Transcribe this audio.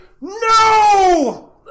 No